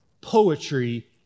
poetry